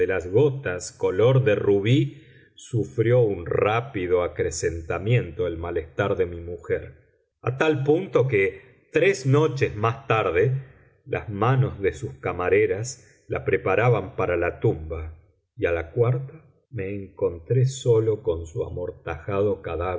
las gotas color de rubí sufrió un rápido acrecentamiento el malestar de mi mujer a tal punto que tres noches más tarde las manos de sus camareras la preparaban para la tumba y a la cuarta me encontré solo con su